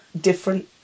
different